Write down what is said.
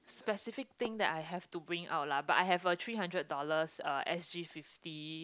specific thing that I have to bring it our lah but I have a three hundred dollars uh S_G fifty